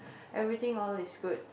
everything all is good